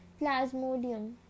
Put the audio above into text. Plasmodium